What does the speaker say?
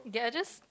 they are just